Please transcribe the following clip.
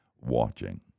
watching